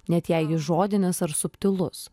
net jei jis žodinis ar subtilus